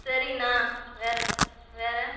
சரிங்கண்ணா வேறே வேறே